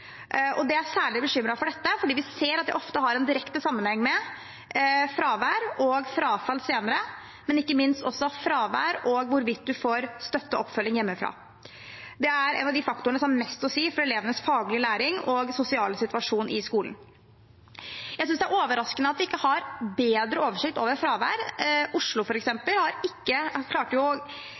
er særlig bekymret for dette, for vi ser at det ofte er en direkte sammenheng mellom fravær og frafall senere, men ikke minst også med tanke på fravær og hvorvidt man får støtte og oppfølging hjemmefra. Det er en av de faktorene som har mest å si for elevenes faglige læring og sosiale situasjon i skolen. Jeg synes det er overraskende at vi ikke har bedre oversikt over fravær. Oslo,